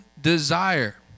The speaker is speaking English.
desire